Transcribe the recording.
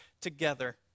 together